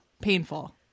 painful